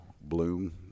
bloom